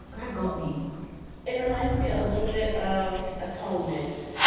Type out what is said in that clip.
i got me it reminds me a little bit of atonement